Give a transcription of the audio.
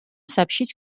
сообщить